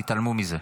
תתעלמו מזה.